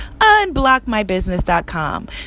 unblockmybusiness.com